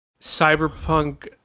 Cyberpunk